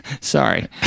sorry